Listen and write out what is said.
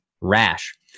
rash